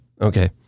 Okay